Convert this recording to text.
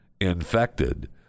infected